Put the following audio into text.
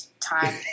time